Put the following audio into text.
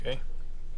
(2)